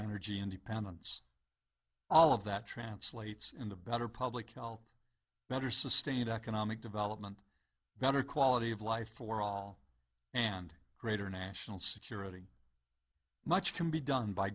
energy independence all of that translates into better public health better sustained economic development better quality of life for all and greater national security much can be done by